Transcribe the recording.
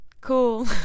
cool